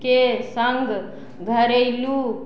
के सङ्ग घरेलू